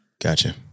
Gotcha